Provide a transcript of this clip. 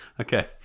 Okay